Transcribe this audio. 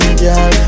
girl